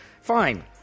Fine